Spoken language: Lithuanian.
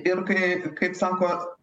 ir kai kaip sakot